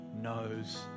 knows